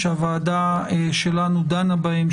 שהוועדה שלנו דנה בהם,